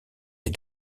les